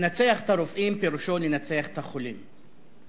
לנצח את הרופאים פירושו לנצח את החולים.